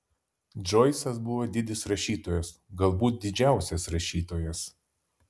džoisas buvo didis rašytojas galbūt didžiausias rašytojas